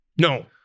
no